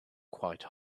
quite